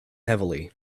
heavily